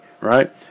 right